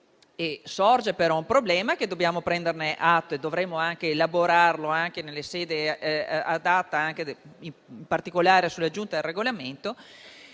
Sorge però un problema, di cui dobbiamo prendere atto e che dovremo anche elaborare nelle sedi adatte, in particolare nella Giunta per il Regolamento.